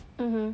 mmhmm